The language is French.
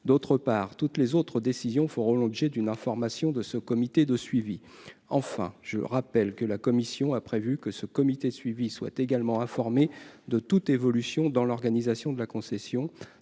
d'autre part, toutes les autres décisions feront l'objet d'une information de ce comité de suivi, enfin, je rappelle que la Commission a prévu que ce comité suivi soient également informés de toute évolution dans l'organisation de la concession